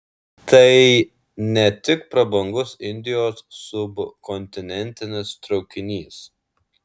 tai ne tik prabangus indijos subkontinentinis traukinys